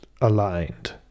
aligned